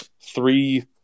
three